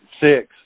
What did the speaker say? six